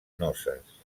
noces